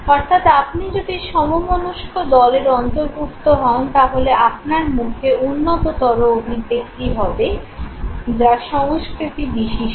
অর্থাৎ আপনি যদি সমমনস্ক দলের অন্তর্ভুক্ত হন তাহলে আপনার মুখে উন্নততর অভিব্যক্তি হবে যা সংস্কৃতি বিশিষ্ট